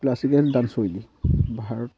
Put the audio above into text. classical dance শৈলী ভাৰত